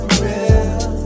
real